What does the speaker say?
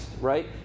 right